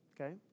Okay